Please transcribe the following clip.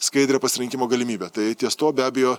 skaidrią pasirinkimo galimybę tai ties tuo be abejo